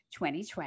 2020